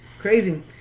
crazy